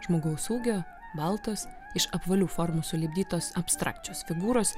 žmogaus ūgio baltos iš apvalių formų sulipdytos abstrakčios figūros